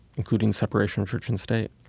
including separation of church and state.